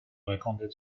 répondait